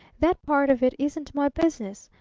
that part of it isn't my business.